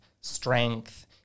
strength